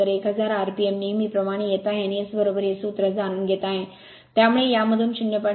तर 1000 rpm नेहमीप्रमाणे येत आहे आणि S हे सूत्र जाणून घेत आहे त्यामुळे यामधून 0